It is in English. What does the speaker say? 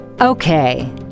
Okay